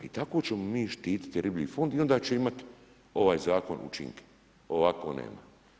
I tako ćemo mi štiti riblji fond i onda će imati ovaj zakon učinke, ovako nema.